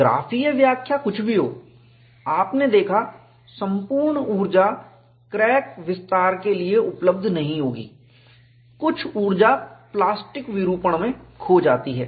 ग्राफीय व्याख्या कुछ भी हो आपने देखा संपूर्ण ऊर्जा क्रैक विस्तार के लिए उपलब्ध नहीं होगी कुछ ऊर्जा प्लास्टिक विरूपण डिफ़ॉर्मेशन में खो जाती है